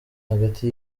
hagati